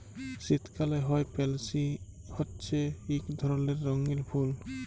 শীতকালে হ্যয় পেলসি হছে ইক ধরলের রঙ্গিল ফুল